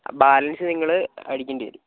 balance നിങ്ങൾ അടിക്കേണ്ടി വരും